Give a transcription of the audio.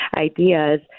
ideas